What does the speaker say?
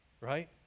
Right